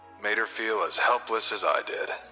made her feel as helpless as i did.